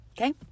Okay